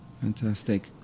Fantastic